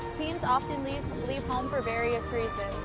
teens often leave leave home for various reasons.